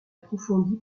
approfondie